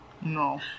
No